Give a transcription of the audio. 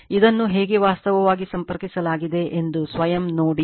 ಇದನ್ನು ಹೇಗೆ ವಾಸ್ತವವಾಗಿ ಸಂಪರ್ಕಿಸಲಾಗಿದೆ ಎಂದು ಸ್ವಯಂ ನೋಡಿ